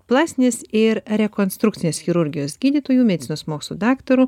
plastinės ir rekonstrukcinės chirurgijos gydytojų medicinos mokslų daktaru